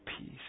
peace